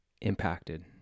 impacted